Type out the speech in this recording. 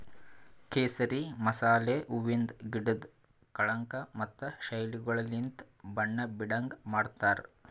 ಕೇಸರಿ ಮಸಾಲೆ ಹೂವಿಂದ್ ಗಿಡುದ್ ಕಳಂಕ ಮತ್ತ ಶೈಲಿಗೊಳಲಿಂತ್ ಬಣ್ಣ ಬೀಡಂಗ್ ಮಾಡ್ತಾರ್